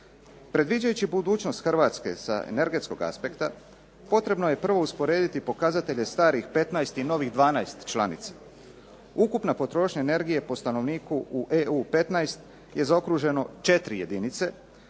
Predviđajući budućnost Hrvatske sa energetskog aspekta potrebno je prvo usporediti pokazatelje starih 15 i novih 12 članica. Ukupna potrošnja energije po stanovniku u EU 15 je zaokruženo 4 jedinice,